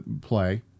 play